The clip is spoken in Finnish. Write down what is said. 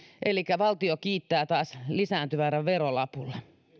elikkä valtio kiittää taas lisääntyvällä verolapulla